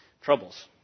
troubles